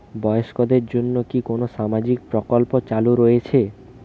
বয়স্কদের জন্য কি কোন সামাজিক প্রকল্প চালু রয়েছে?